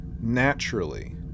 naturally